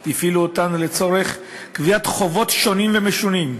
הפעילו לצורך גביית חובות שונים ומשונים.